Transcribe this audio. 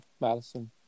Madison